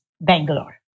Bangalore